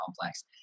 complex